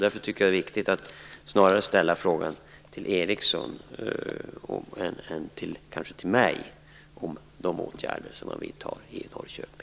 Därför är det viktigt att snarare ställa frågor till Ericsson än till mig om de åtgärder som vidtas i Norrköping.